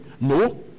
No